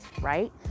right